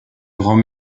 grand